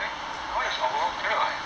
eh that [one] is our jarod [what]